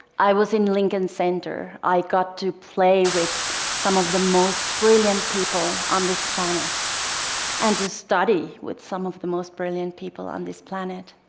i was in lincoln center. i got to play with some of the most brilliant people on this planet and to study with some of the most brilliant people on this planet.